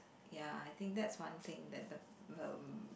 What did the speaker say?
ya I think that's one thing that the